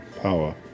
power